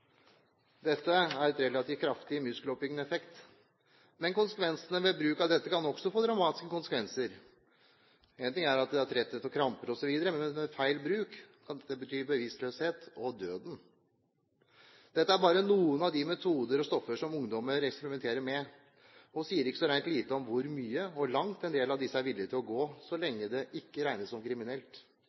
Dette har en relativt kraftig muskeloppbyggende effekt. Men bruken av dette kan også få dramatiske konsekvenser. Én ting er tretthet, kramper, osv., men feil bruk kan bety bevisstløshet og døden. Dette er bare noen av de metoder og stoffer som ungdommer eksperimenterer med, og sier ikke så rent lite om hvor langt en del av disse er villig til å gå, så lenge det ikke regnes som kriminelt.